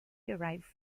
derive